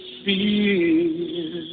fear